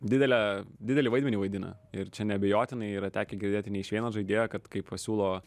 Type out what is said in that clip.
didelė didelį vaidmenį vaidina ir čia neabejotinai yra tekę girdėti ne iš vieno žaidėjo kad kai pasiūlo